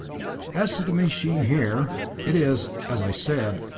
as to the machine here it is, as i said,